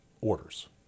orders